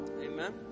Amen